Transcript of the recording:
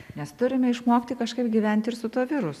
mes turime išmokti kažkaip gyventi ir su tuo virusu